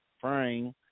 frame